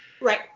Right